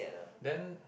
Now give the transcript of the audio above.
then